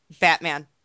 Batman